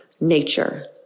Nature